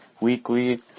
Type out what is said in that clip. weekly